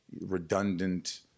redundant